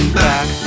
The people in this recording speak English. back